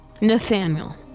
Nathaniel